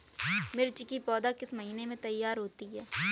मिर्च की पौधा किस महीने में तैयार होता है?